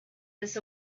this